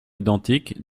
identiques